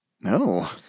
No